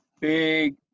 big